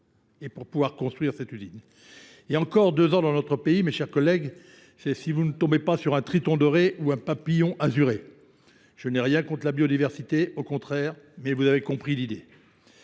et pour pouvoir construire cette usine. Il y a encore deux ans dans notre pays, mes chers collègues, c'est si vous ne tombez pas sur un triton doré ou un papillon azuré. Je n'ai rien contre la biodiversité, au contraire, mais vous avez compris l'idée.